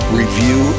review